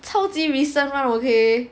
超级 recent [one] okay